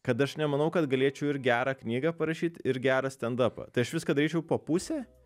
kad aš nemanau kad galėčiau ir gerą knygą parašyt ir gerą stendapą tai aš viską daryčiau po pusė